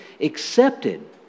accepted